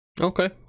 okay